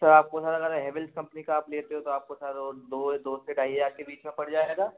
sir आपको sir अगर Havells company का आप लेते हो तो आपको सर वो दो या दो से ढाई हज़ार के बीच में पड़ जाएगा